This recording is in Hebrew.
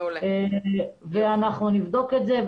אנחנו נבדוק את זה.